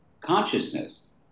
consciousness